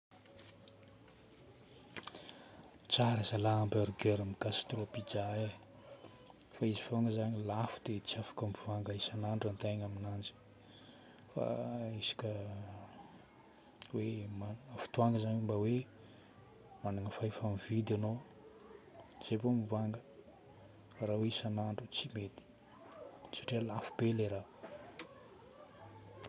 Tsara zalahy hamburgern'i Gastro Pizza e. Fa izy fôgna zagny lafo dia tsy afaka mivanga isan'andro antegna aminanjy. Fa isaka hoe magnana fotoagna zagny mba hoe magnana fahefa-mividy enao izay vo mivanga. Raha hoe isan'andro tsy mety satria lafo be ilay raha.